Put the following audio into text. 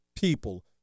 people